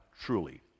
truly